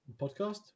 Podcast